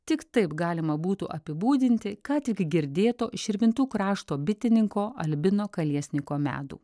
tik taip galima būtų apibūdinti ką tik girdėto širvintų krašto bitininko albino kaliesniko medų